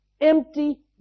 empty